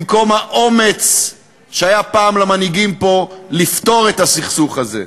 במקום האומץ שהיה פעם למנהיגים פה לפתור את הסכסוך הזה.